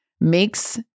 makes